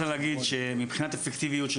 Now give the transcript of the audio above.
אני רוצה להגיד שמבחינת אפקטיביות של